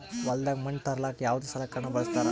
ಹೊಲದಾಗ ಮಣ್ ತರಲಾಕ ಯಾವದ ಸಲಕರಣ ಬಳಸತಾರ?